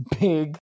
big